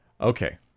Okay